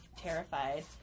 terrified